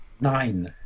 Nine